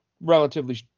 relatively